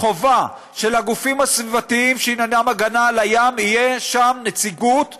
חובה שלגופים הסביבתיים שעניינם הגנה על הים תהיה שם נציגות מובהקת,